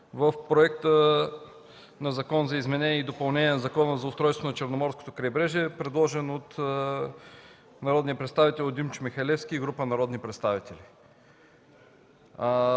в проекта на Закона за изменение и допълнение на Закона за устройството на Черноморското крайбрежие, предложен от народния представител Димчо Михалевски и група народни представители.